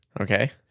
Okay